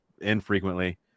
infrequently